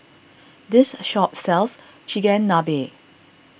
this shop sells Chigenabe